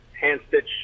hand-stitch